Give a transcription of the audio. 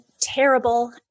terrible